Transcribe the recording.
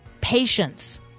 patience